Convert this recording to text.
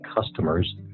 Customers